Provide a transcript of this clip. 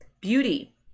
beauty